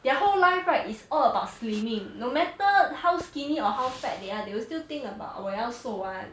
their whole life right is all about slimming no matter how skinny or how fat they are they will still think about 我要瘦 one